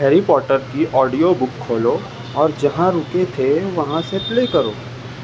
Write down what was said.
Harry Potter کی audio book کھولو اور جہاں رکے تھے وہاں سے پلے کرو